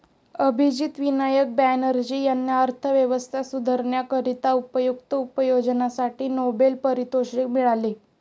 अभिजित विनायक बॅनर्जी यांना अर्थव्यवस्था सुधारण्याकरिता उपयुक्त उपाययोजनांसाठी नोबेल पारितोषिक मिळाले